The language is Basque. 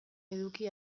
eduki